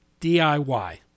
DIY